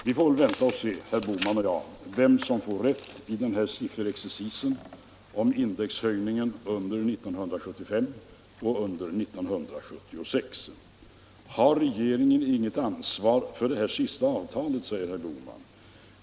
Vi får vänta och se, herr Bohman och jag, vem som får rätt i den här sifferexercisen om indexhöjningen under 1975 och 1976. Har regeringen inget ansvar för det senaste avtalet, säger herr Bohman.